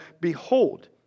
Behold